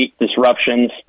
disruptions